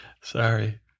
Sorry